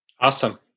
awesome